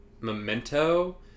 memento